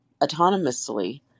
autonomously